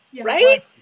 right